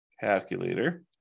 Calculator